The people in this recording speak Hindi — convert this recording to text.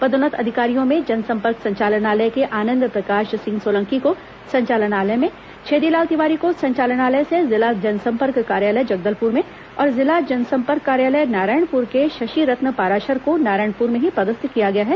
पदोन्नत अधिकारियों में जनसम्पर्क संचालनालय के आनंद प्रकाश सिंह सोलंकी को संचालनालय में छेदीलाल तिवारी को संचालनालय से जिला जनसम्पर्क कार्यालय जगदलपुर में और जिला जनसम्पर्क कार्यालय नारायणपुर के शशिरत्न पाराशर को नारायणपुर में ही पदस्थ किया गया है